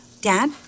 Dad